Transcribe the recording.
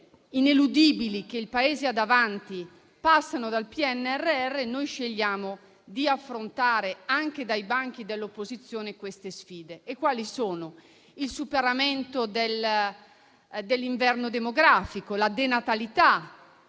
ineludibili che il Paese ha davanti passano dal PNRR, noi scegliamo di affrontare, anche dai banchi dell'opposizione, queste sfide. Quali sono tali sfide? Il superamento dell'inverno demografico; la denatalità;